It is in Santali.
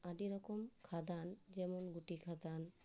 ᱟᱹᱰᱤ ᱨᱚᱠᱚᱢ ᱠᱷᱟᱫᱟᱱ ᱡᱮᱢᱚᱱ ᱜᱩᱴᱤ ᱠᱷᱟᱫᱟᱱ